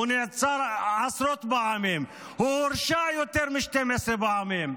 הוא נעצר עשרות פעמים, הוא הורשע יותר מ-12 פעמים.